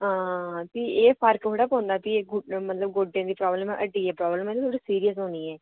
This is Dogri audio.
हां फ्ही एह् फर्क नेईं पोंदा एह् गोडें दी प्राब्लम हड्डियें दी प्राब्लम सिरियस होनी ऐ